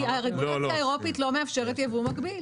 הרגולציה האירופית לא מאפשרת יבוא מקביל.